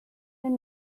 den